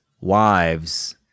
wives